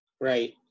Right